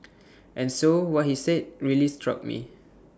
and so what he said really struck me